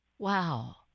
Wow